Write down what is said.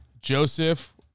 Joseph